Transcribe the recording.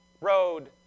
road